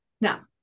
Now